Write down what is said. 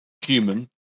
human